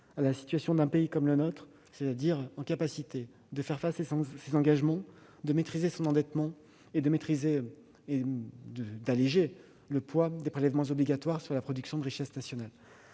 à la situation d'un pays comme le nôtre, c'est-à-dire capable de faire face à ses engagements, de maîtriser son endettement et d'alléger le poids des prélèvements obligatoires sur la production de richesses nationales.